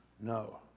No